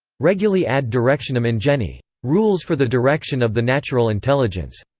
regulae ad directionem ingenii. rules for the direction of the natural intelligence.